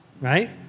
Right